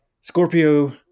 Scorpio